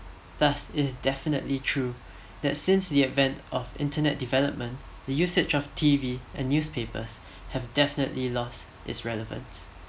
thus it's definitely true that since the advent of internet development the usage of T_V and newspapers have definitely lost it's relevance